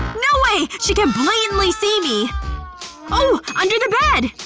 no way. she can blatantly see me oh! under the bed!